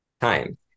time